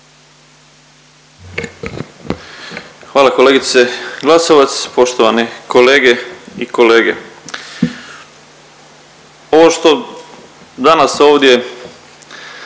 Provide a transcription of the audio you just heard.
Hvala kolegice Glasovac, poštovani kolege i kolege. Ovo što danas ovdje